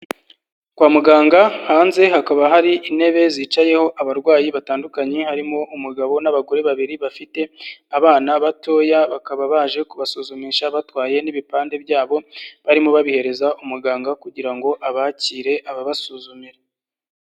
Kwa muganga hanze hakaba hari intebe zicayeho abarwayi batandukanye harimo umugabo n'abagore babiri bafite abana batoya, bakaba baje kubasuzumisha batwaye n'ibipande byabo barimo babihereza umuganga kugira ngo abakire ababasuzumire.